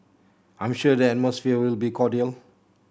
I'm sure the atmosphere will be cordial